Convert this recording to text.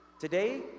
Today